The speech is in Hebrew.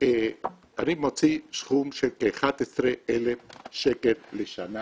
אני מוציא סכום של כ-11,000 שקל בשנה